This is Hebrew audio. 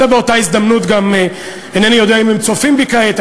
ואני רוצה באותה הזדמנות אינני יודע אם הם צופים בי כעת,